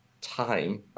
time